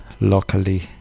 locally